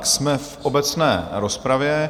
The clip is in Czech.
Jsme v obecné rozpravě.